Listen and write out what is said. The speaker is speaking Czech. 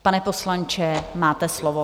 Pane poslanče, máte slovo.